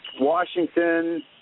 Washington